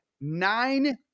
Nine